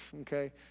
okay